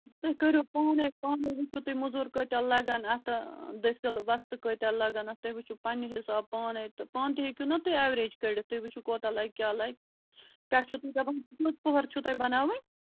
تُہۍ کٔرِو پانَے پانَے وُچھُو تُہۍ موٚزوٗر کٲتیٛاہ لَگَن اَتھ دٔسِل وۄستہٕ کٲتیٛاہ لَگَن اَتھ تُہۍ وُچھُو پنٕنہِ حساب پانَے تہٕ پانہٕ تہِ ہیٚکِو نا تُہۍ ایوریج کٔڈِتھ تُہۍ وُچھُو کوتاہ لَگہِ کیٛاہ لَگہِ پٮ۪ٹھٕ چھُو تُہۍ دَپان کٔژ پۄہَر چھُ تۄہہِ بَناوٕنۍ